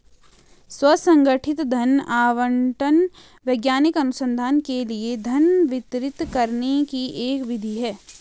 स्व संगठित धन आवंटन वैज्ञानिक अनुसंधान के लिए धन वितरित करने की एक विधि है